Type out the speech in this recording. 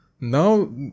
Now